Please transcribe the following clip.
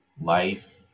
life